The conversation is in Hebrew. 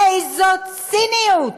איזו ציניות.